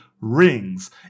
rings